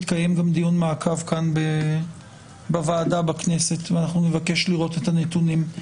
יתקיים גם דיון מעקב כאן בוועדה בכנסת ואנחנו נבקש לראות את הנתונים.